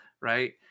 right